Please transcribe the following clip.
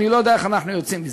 אני לא יודע איך אנחנו יוצאים מזה.